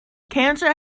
cancer